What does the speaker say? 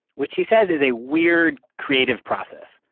which he says is a weird creative process.